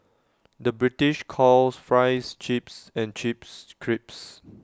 the British calls Fries Chips and Chips Crisps